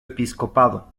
episcopado